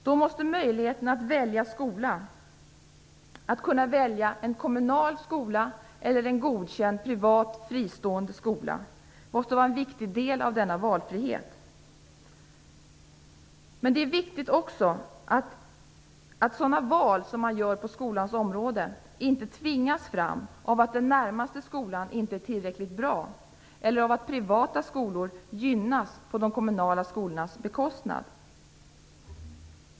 Då måste möjligheten att välja skola - en kommunal skola eller en godkänd privat fristående skola - vara en viktig del av denna valfrihet. Det är också viktigt att sådana val som man gör på skolans område inte tvingas fram av att den närmaste skolan inte är tillräckligt bra eller av att privata skolor gynnas på de kommunala skolornas bekostnad.